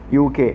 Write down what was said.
UK